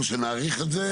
שנאריך את זה?